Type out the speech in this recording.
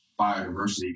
biodiversity